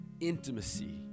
intimacy